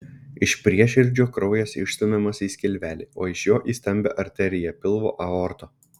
iš prieširdžio kraujas išstumiamas į skilvelį o iš jo į stambią arteriją pilvo aortą